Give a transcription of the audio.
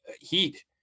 heat